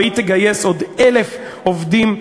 והיא תגייס עוד 1,000 עובדים,